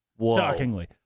shockingly